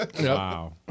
Wow